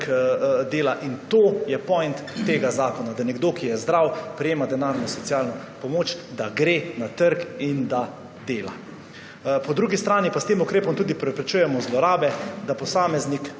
To je point tega zakona – da nekdo, ki je zdrav, prejema denarno socialno pomoč, gre na trg in da dela. Po drugi strani pa s tem ukrepom tudi preprečujemo zlorabe, da posameznik